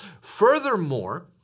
Furthermore